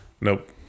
Nope